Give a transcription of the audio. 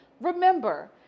Remember